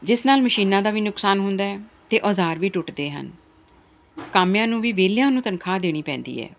ਜਿਸ ਨਾਲ ਮਸ਼ੀਨਾਂ ਦਾ ਵੀ ਨੁਕਸਾਨ ਹੁੰਦਾ ਹੈ ਅਤੇ ਔਜ਼ਾਰ ਵੀ ਟੁੱਟਦੇ ਹਨ ਕਾਮਿਆਂ ਨੂੰ ਵੀ ਵਿਹਲਿਆਂ ਨੂੰ ਤਨਖਾਹ ਦੇਣੀ ਪੈਂਦੀ ਹੈ